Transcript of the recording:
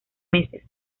meses